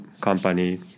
company